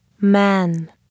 man